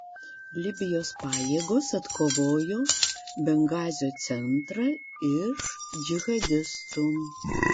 libijos pajėgos atkovojo bengazio centrą iš džihadistų